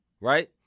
right